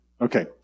Okay